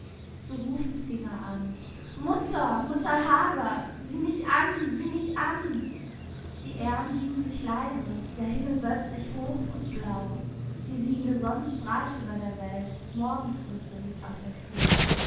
zu rufen fingt er an mutter mutter hagar sieh mich an sieh mich an die ähren wiegen sich leise der himmel wölbt sich hoch und blau die siegende sonne strahlt über der welt morgenfrische liegt auf der flur